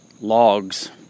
logs